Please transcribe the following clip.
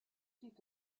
ziet